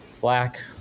black